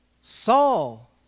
Saul